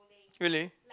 really